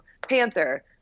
Panther